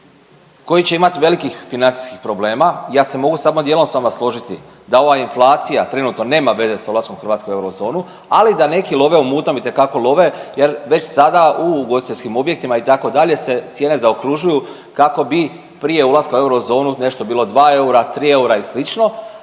koji će imati velikih financijskih problema. Ja se mogu samo dijelom s vama složiti da ova inflacija trenutno nema veze s ulaskom Hrvatske u eurozonu, ali da neki love u mutnom itekako love jer već sada u ugostiteljskim objektima itd. se cijene zaokružuju kako bi prije ulaska u eurozonu nešto bilo 2 eura, 3 eura i